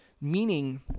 meaning